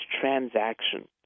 transaction